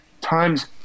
times